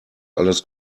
alles